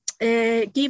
give